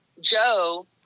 Joe